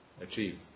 achieve